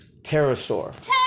pterosaur